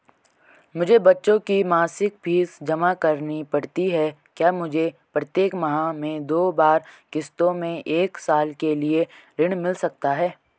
मुझे बच्चों की मासिक फीस जमा करनी पड़ती है क्या मुझे प्रत्येक माह में दो बार किश्तों में एक साल के लिए ऋण मिल सकता है?